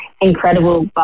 incredible